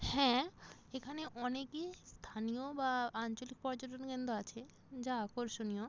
হ্যাঁ এখানে অনেকই স্থানীয় বা আঞ্চলিক পর্যটন কেন্দ্র আছে যা আকর্ষণীয়